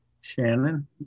Shannon